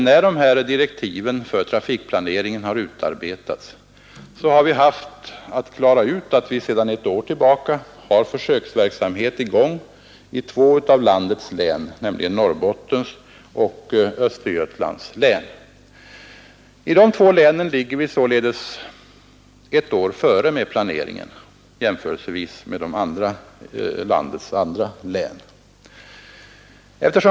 När dessa direktiv för trafikplaneringen utarbetats har vi haft att utgå från att det sedan ett år tillbaka pågår försöksverksamhet i två av landets län, nämligen Norrbottens och Östergötlands län. I dessa två län ligger vi således ett år före med planeringen i förhållande till de övriga länen.